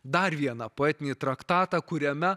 dar vieną poetinį traktatą kuriame